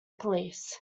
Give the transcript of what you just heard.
police